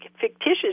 fictitious